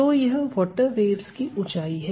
तो यह water waves की ऊंचाई है